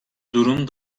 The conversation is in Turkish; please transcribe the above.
durum